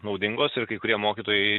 naudingos ir kai kurie mokytojai